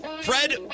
Fred